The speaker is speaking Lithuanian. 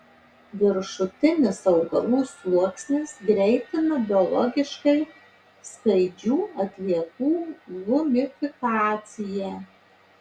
viršutinis augalų sluoksnis greitina biologiškai skaidžių atliekų humifikaciją